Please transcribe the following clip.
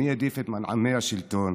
מי העדיף את מנעמי השלטון.